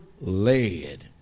led